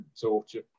torture